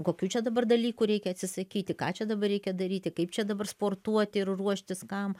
kokių čia dabar dalykų reikia atsisakyti ką čia dabar reikia daryti kaip čia dabar sportuoti ir ruoštis kam